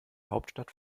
hauptstadt